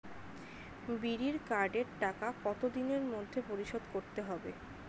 বিড়ির কার্ডের টাকা কত দিনের মধ্যে পরিশোধ করতে হবে?